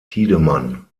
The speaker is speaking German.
tiedemann